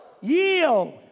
yield